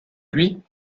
lui